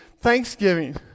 Thanksgiving